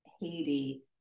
Haiti